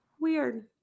weird